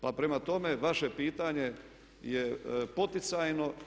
Pa prema tome vaše pitanje je poticajno.